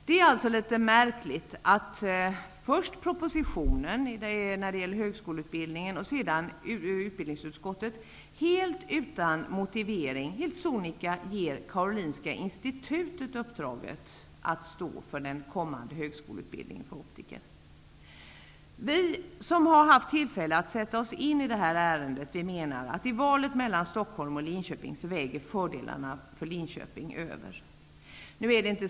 Det är alltså litet märkligt att först propositionen och sedan utbildningsutskottet utan motivering helt sonika ger Karolinska institutet uppdraget att stå för den kommande högskoleutbildningen för optiker. Vi som har haft tillfälle att sätta oss in i ärendet menar att fördelarna för Linköping väger över i valet mellan Stockholm och Linköping.